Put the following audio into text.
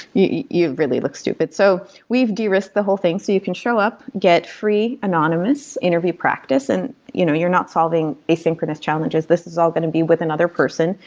you really look stupid so we de-risk the whole thing, so you can show up, get free anonymous interview practice and you know you're not solving a-synchronized challenges. this is all going to be with another person.